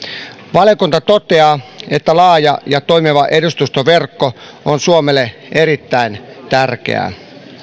valiokunta toteaa että laaja ja toimiva edustustoverkko on suomelle erittäin tärkeä